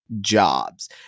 jobs